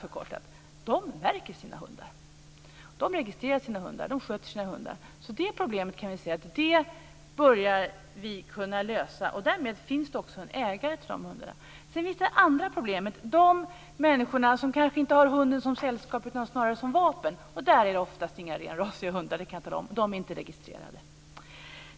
Ägarna till dem märker sina hundar. De registrerar sina hundar. De sköter sina hundar. Det problemet kan vi säga att vi börjar kunna lösa. Därmed finns det också en ägare till de hundarna. Sedan finns det andra problem. Det är de människor som kanske inte har hunden som sällskap utan snarare som vapen. Där är det oftast inga renrasiga hundar, det kan jag tala om. De är inte registrerade.